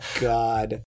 God